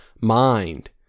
mind